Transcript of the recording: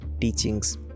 teachings